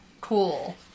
Cool